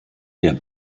der